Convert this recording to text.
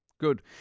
Good